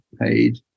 paid